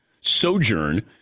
sojourn